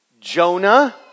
Jonah